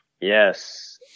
Yes